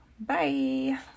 Bye